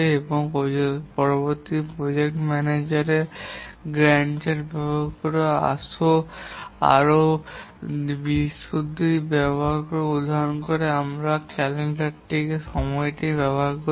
এবং পরবর্তীতে project manager Gantt chart ব্যবহার করে আরও বিশদসূচি নির্ধারণ করে যেখানে আমরা ক্যালেন্ডারের সময়টি ব্যবহার করি